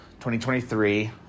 2023